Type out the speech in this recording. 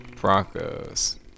Broncos